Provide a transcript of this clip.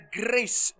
grace